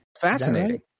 Fascinating